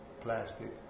Plastic